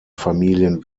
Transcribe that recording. familien